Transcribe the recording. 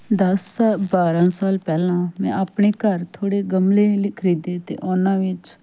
ਦਸ ਬਾਰ੍ਹਾਂ ਸਾਲ ਪਹਿਲਾਂ ਮੈਂ ਆਪਣੇ ਘਰ ਥੋੜ੍ਹੇ ਗਮਲੇ ਲ ਖ਼ਰੀਦੇ ਅਤੇ ਉਹਨਾਂ ਵਿੱਚ